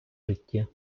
житті